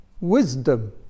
wisdom